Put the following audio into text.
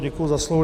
Děkuji za slovo.